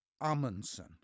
Amundsen